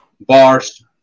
Bars